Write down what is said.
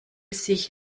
sich